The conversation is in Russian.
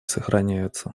сохраняются